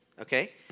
okay